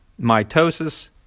mitosis